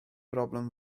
broblem